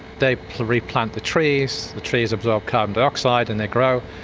they replant the trees, the trees absorb carbon dioxide and they grow,